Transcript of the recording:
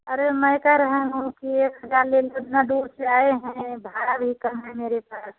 अरे मैं कह रही हूँ कि एक हज़ार ले लो इतना दूर से आएँ हैं भाड़ा भी कम है मेरे पास